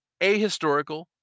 ahistorical